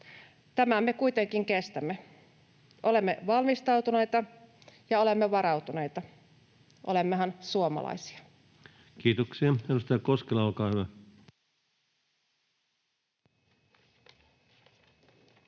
Tämän me kuitenkin kestämme. Olemme valmistautuneita ja olemme varautuneita — olemmehan suomalaisia. Kiitoksia. — Edustaja Koskela, olkaa hyvä. Arvoisa